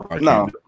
No